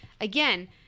again